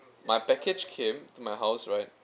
my package came to my house right